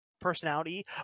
personality